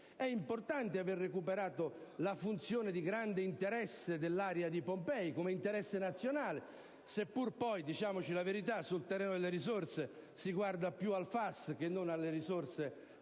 È importante aver recuperato la funzione di grande interesse dell'area di Pompei come interesse nazionale, seppure poi - diciamoci la verità - sul terreno delle risorse si guardi più al FAS che non alle risorse